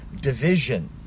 division